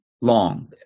long